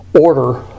order